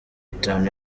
itanu